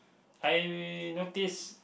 I notice